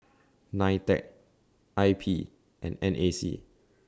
NITEC I P and N A C